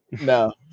no